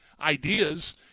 ideas